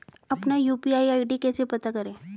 अपना UPI ID कैसे पता करें?